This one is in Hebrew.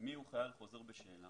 מי הוא חייל חוזר בשאלה,